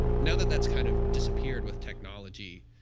now that that's kind of disappeared with technology,